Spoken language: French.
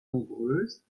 nombreuse